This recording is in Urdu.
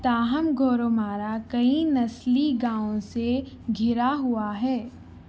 تاہم گورومارا کئی نسلی گاؤں سے گھرا ہوا ہے